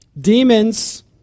Demons